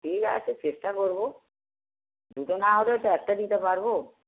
ঠিক আছে চেষ্টা করবো দুটো না হলে তো একটা দিতে পারবো